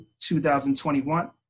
2021